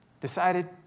decided